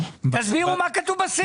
תסבירו מה כתוב בסעיף.